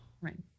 Right